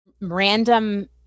Random